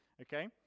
Okay